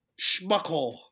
schmuckhole